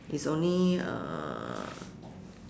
it's only uh